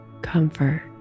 comfort